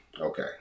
Okay